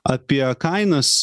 apie kainas